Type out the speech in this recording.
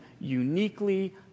uniquely